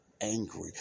angry